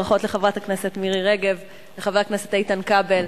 ברכות לחברת הכנסת מירי רגב, לחבר הכנסת איתן כבל.